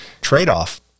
trade-off